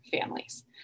families